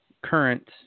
current